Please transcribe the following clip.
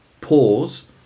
pause